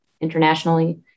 internationally